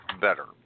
better